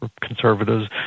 conservatives